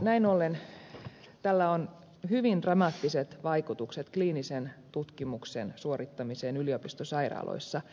näin ollen tällä on hyvin dramaattiset vaikutukset kliinisen tutkimuksen suorittamiseen yliopistosairaaloissa